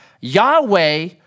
Yahweh